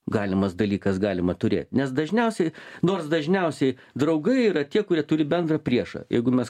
galimas dalykas galima turėt nes dažniausiai nors dažniausiai draugai yra tie kurie turi bendrą priešą jeigu mes